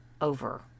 over